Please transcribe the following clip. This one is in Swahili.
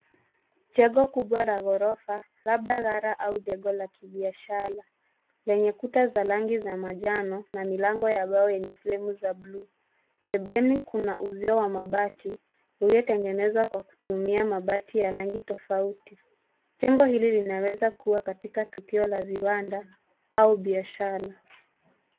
Jengo kubwa la ghorofa, labda ghala au jengo la kibiashara, lenye kuta za rangi za manjano na milango ya mbao yenye flemu za blue . Pembeni kuna uzio wa mabati, uliotengenezwa kwa kutumia mabati ya rangi tofauti. Jengo hili linaweza kua katika tukio la viwanda au biashara.